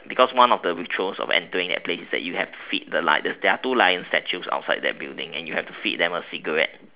because one of the rituals of entering that place is that you have to feed the lioness there are two lions statue outside that building and you have to feed them a cigarette